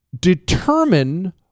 determine